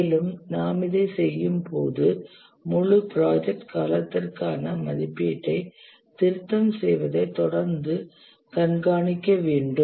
மேலும் நாம் இதைச் செய்யும்போது முழு ப்ராஜெக்ட் காலத்திற்கான மதிப்பீட்டைத் திருத்தம் செய்வதை தொடர்ந்து கண்காணிக்க வேண்டும்